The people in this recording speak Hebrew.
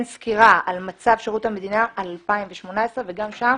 סקירה על מצב שירות המדינה על 2018 וגם שם